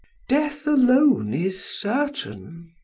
death alone is certain.